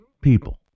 people